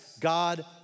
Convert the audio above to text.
God